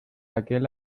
aquel